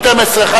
24:00,